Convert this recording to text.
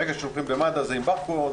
ברגע שלוקחים אותה במד"א היא מסומנת בברקוד,